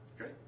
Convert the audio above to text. okay